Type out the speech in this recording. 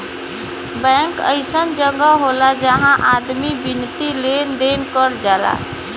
bank अइसन जगह होला जहां आदमी वित्तीय लेन देन कर जाला